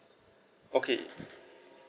okay